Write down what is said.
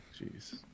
Jeez